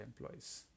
employees